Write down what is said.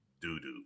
doo-doo